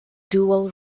dual